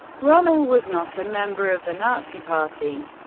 rommel was not a member of the nazi party.